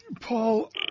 Paul